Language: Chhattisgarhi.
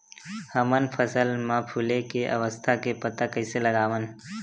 हमन फसल मा फुले के अवस्था के पता कइसे लगावन?